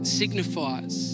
signifies